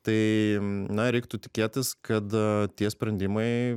tai na reiktų tikėtis kad tie sprendimai